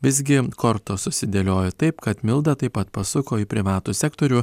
visgi kortos susidėliojo taip kad milda taip pat pasuko į privatų sektorių